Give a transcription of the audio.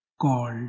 called